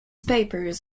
papers